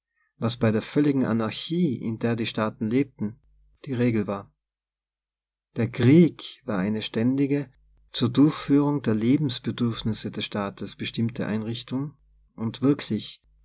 was bei der völligen anarchie in der die staaten lebten die regel war der krieg war eine ständige zur durchführung der lebensbedürfnisse des staates be stimmte einrichtung und wirklich